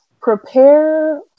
prepare